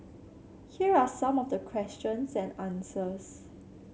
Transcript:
here are some of the questions and answers